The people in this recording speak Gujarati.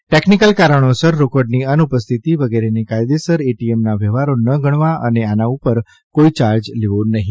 ટેકનિકલ કારણોસર રોકડની અનઉપસ્થિતિ વગેરેને કાયદેસર એટીએમના વ્યવહારો ન ગણવા અને આના ઉપર કોઈ ચાર્જ લેવો નહીં